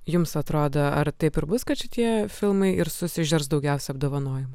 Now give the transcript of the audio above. jums atrodo ar taip ir bus kad šitie filmai ir susižers daugiausiai apdovanojimų